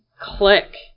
click